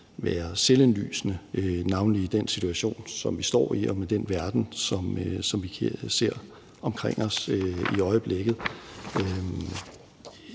være selvindlysende, navnlig i den situation, som vi står i, og med den verden, som vi ser omkring os i øjeblikket.